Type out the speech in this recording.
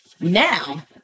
Now